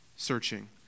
searching